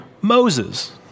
Moses